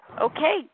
Okay